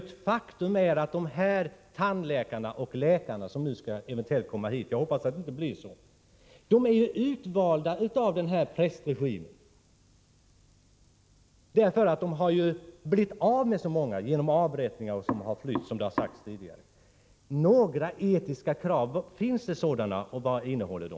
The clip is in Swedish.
Ett faktum är ju att de tandläkare och läkare som eventuellt skall komma hit — jag hoppas att det inte blir så — är utvalda av prästregimen, eftersom Iran har blivit av med så många genom avrättningar och flykter. Finns det några etiska krav och vad innehåller de?